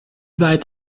weit